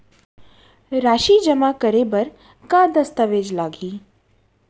राशि जेमा करे बर का दस्तावेज लागही?